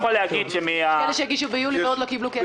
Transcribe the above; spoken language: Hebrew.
יש כאלה שהגישו ביולי ועוד לא קיבלו כסף.